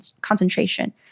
concentration